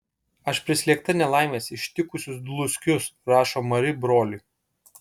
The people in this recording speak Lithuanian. aš prislėgta nelaimės ištikusios dluskius rašo mari broliui